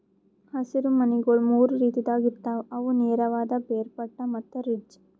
ಹಸಿರು ಮನಿಗೊಳ್ ಮೂರು ರೀತಿದಾಗ್ ಇರ್ತಾವ್ ಅವು ನೇರವಾದ, ಬೇರ್ಪಟ್ಟ ಮತ್ತ ರಿಡ್ಜ್